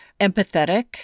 empathetic